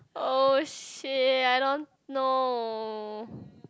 oh !shit! I don't know